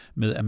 med